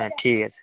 হ্যাঁ ঠিক আছে